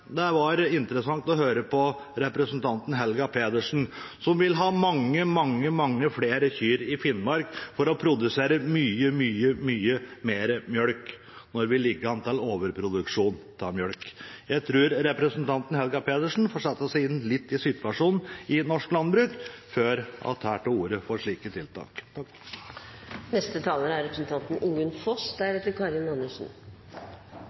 Det var interessant å høre på representanten Helga Pedersen, som vil ha mange, mange flere kyr i Finnmark for å produsere mye, mye mer mjølk, når vi ligger an til overproduksjon av mjølk. Jeg tror representanten Helga Pedersen får sette seg litt inn i situasjonen i norsk landbruk før hun tar til orde for slike tiltak.